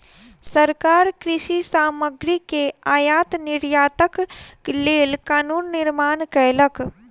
सरकार कृषि सामग्री के आयात निर्यातक लेल कानून निर्माण कयलक